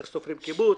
איך סופרים קיבוץ,